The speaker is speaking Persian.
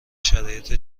شرایط